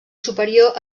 superior